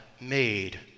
made